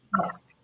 yes